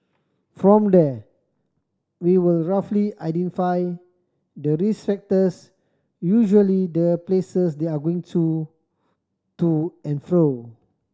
from there we will roughly identify the risk factors usually the places they're going to to and fro